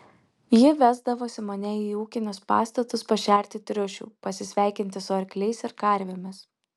ji vesdavosi mane į ūkinius pastatus pašerti triušių pasisveikinti su arkliais ir karvėmis